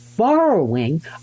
Borrowing